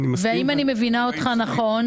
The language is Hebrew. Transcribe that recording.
האם אני מבינה אותך נכון?